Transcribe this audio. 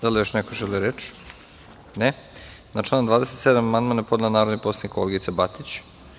Da li još neko želi reč? (Ne.) Na član 27. amandman je podnela narodni poslanik Olgica Batić.